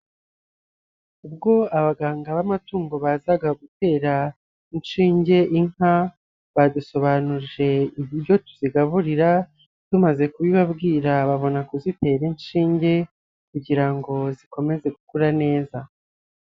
Ubwo abaganga b'amatungo bazaga gutera inshinge inka, badusobanuje uburyo tuzigaburira, tumaze kubibabwira babona kuzitera inshinge kugira ngo zikomeze gukura neza.